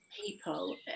people